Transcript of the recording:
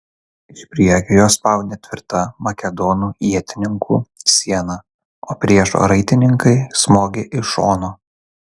iš priekio juos spaudė tvirta makedonų ietininkų siena o priešo raitininkai smogė iš šono